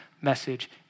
message